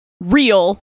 Real